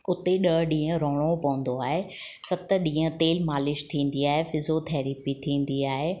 उते ई ॾह ॾींहं रहणो पवंदो आहे सत ॾींहं ते मालिश थींदी आहे फिज़ियोथैरेपी थींदी आहे